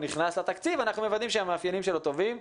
נכנס לתקציב אנחנו מוודאים שהמאפיינים שלו טובים.